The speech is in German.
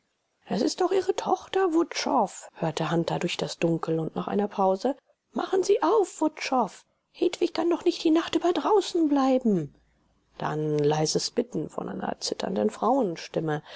es ist doch ihre tochter wutschow hörte hunter durch das dunkel und nach einer pause machen sie auf wutschow hedwig kann doch nicht die nacht über draußen bleiben dann leises bitten von einer zitternden frauenstimme